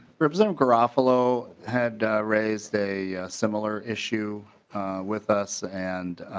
representative garofalo had raised a similar issue with us and